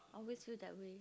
always feel that way